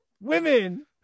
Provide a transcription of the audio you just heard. Women